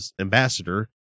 ambassador